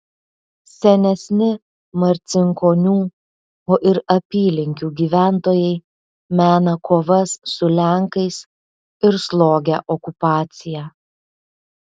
senesni marcinkonių o ir apylinkių gyventojai mena kovas su lenkais ir slogią okupaciją